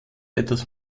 etwas